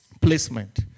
Placement